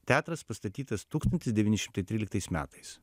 teatras pastatytas tūkstantis devyni šimtai tryliktais metais